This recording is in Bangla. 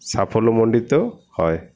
সাফল্যমণ্ডিত হয়